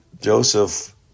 Joseph